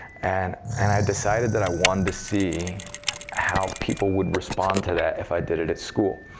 and and i decided that i wanted to see how people would respond to that if i did it at school.